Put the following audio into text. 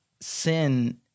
sin